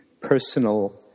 personal